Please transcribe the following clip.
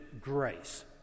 grace